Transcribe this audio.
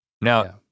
Now